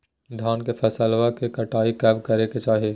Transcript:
धान के फसलवा के कटाईया कब करे के चाही?